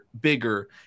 bigger